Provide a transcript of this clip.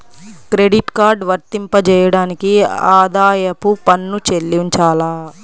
Credit card వర్తింపజేయడానికి ఆదాయపు పన్ను చెల్లించాలా?